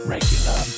Regular